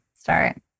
start